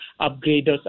upgraders